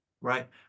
Right